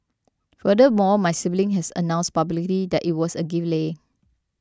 furthermore my sibling had announced publicly that it was a gift Leh